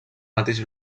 mateix